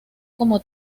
como